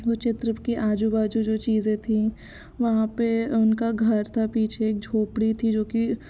वो चित्र के आजू बाजू जो चीज़ें थी वहाँ पे उनका घर था पीछे एक झोपड़ी थी जो कि